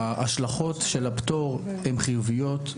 השלכות הפטור הן חיוביות.